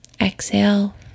Exhale